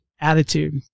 attitude